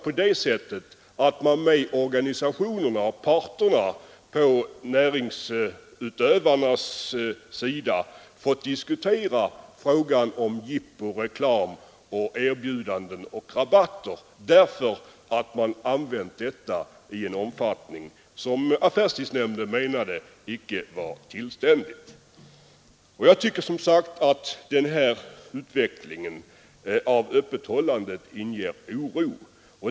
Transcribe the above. Man har med organisationerna och parterna på näringsutövarnas sida fått diskutera jipporeklam, erbjudanden och rabatter vilka — enligt affärstidsnämndens mening — använts i en omfattning som icke var tillständig. Jag tycker som sagt att denna utveckling av öppethållandet inger oro.